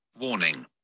Warning